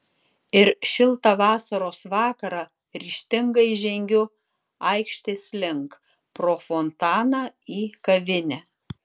ir šiltą vasaros vakarą ryžtingai žengiu aikštės link pro fontaną į kavinę